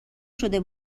شده